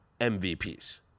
MVPs